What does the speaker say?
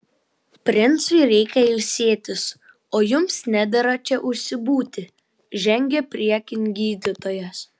princui reikia ilsėtis o jums nedera čia užsibūti žengė priekin gydytojas